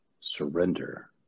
surrender